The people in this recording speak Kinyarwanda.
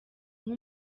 nka